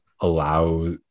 allow